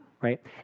right